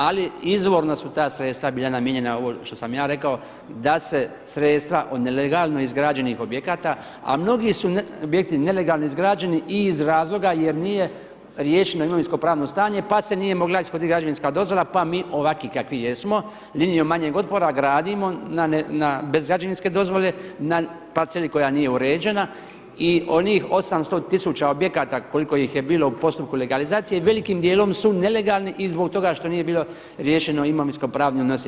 Ali izvorno su ta sredstva bila namijenjena ovo što sam ja rekao, da se sredstva od nelegalno izgrađenih objekata a mnogi su objekti nelegalno izgrađeni i iz razloga jer nije riješeno imovinsko-pravno stanje pa se nije mogla ishoditi građevinska dozvola pa mi ovakvi kakvi jesmo linijom manjeg otpora gradimo bez građevinske dozvole na parceli koja nije uređena i onih 800 tisuća objekata koliko ih je bilo u postupku legalizacije velikim dijelom su nelegalni i zbog toga što nije bilo riješeno imovinsko-pravni odnosi.